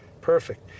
perfect